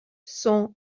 sont